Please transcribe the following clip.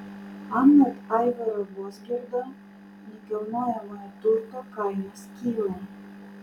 anot aivaro vozgirdo nekilnojamojo turto kainos kyla